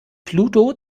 pluto